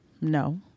No